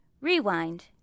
Rewind